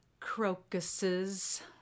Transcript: crocuses